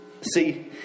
See